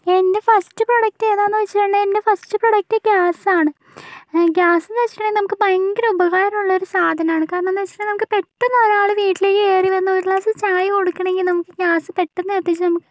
എൻ്റെ first product ഏതാന്ന് വെച്ചിട്ടുണ്ടെങ്കിൽ എൻ്റെ ഫസ്റ്റ് പ്രോഡക്റ്റ് ഗ്യാസാണ് ഗ്യാസെന്ന് വെച്ചിട്ടുണ്ടെങ്കിൽ നമുക്ക് ഭയങ്കര ഉപകാരമുള്ളൊരു സാധനമാണ് കാരണമെന്താന്ന് വെച്ചിട്ടുണ്ടെങ്കിൽ നമുക്ക് പെട്ടന്ന് ഒരാള് വീട്ടിലേക്ക് കയറി വന്ന് ഒരു ഗ്ലാസ് ചായ കൊടുക്കണെങ്കിൽ നമുക്ക് ഗ്യാസ് പെട്ടന്ന് കത്തിച്ച് നമുക്ക്